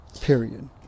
Period